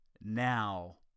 now